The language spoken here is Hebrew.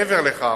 מעבר לכך,